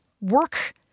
Work